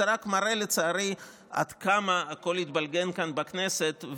זה רק מראה, לצערי, עד כמה הכול התבלגן כאן בכנסת.